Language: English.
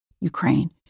Ukraine